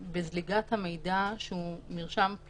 זה אחד הדברים שיש גם בנושא הרשויות המקומיות שיש שם מנעד של דברים